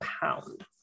pound